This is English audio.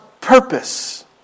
purpose